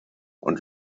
und